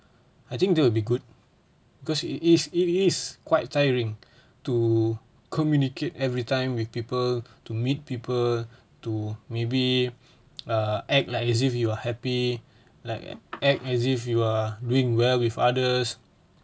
I think that will be good because it is it is quite tiring to communicate everytime with people to meet people to maybe uh act like as if you are happy like an act as if you are doing well with others